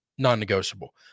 non-negotiable